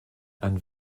and